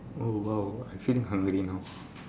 oh !wow! I feeling hungry now